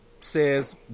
says